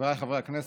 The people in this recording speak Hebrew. חברי הכנסת,